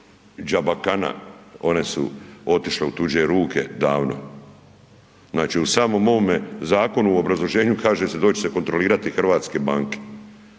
džabakana one su otišle u tuđe ruke davno. Znači u samom ovom zakonu u obrazloženju kaže se doće se kontrolirati hrvatske banke,